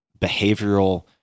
behavioral